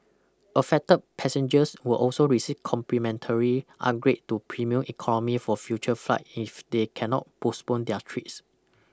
affected passengers will also receive complimentary upgrade to premium economy for future flights if they cannot postpone their trips